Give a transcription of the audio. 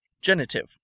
genitive